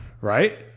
right